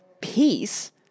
Peace